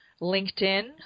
LinkedIn